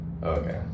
Okay